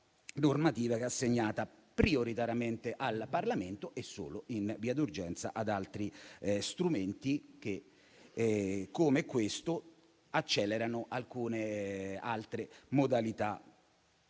normativa che è assegnata prioritariamente al Parlamento e solo in via d'urgenza ad altri strumenti, che, come questo, accelerano le modalità